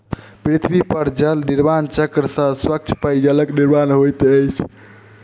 पृथ्वी पर जल निर्माण चक्र से स्वच्छ पेयजलक निर्माण होइत अछि